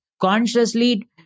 consciously